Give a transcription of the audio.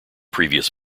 previous